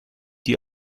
die